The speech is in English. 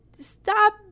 stop